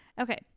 Okay